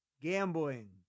gambling